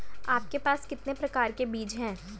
आपके पास कितने प्रकार के बीज हैं?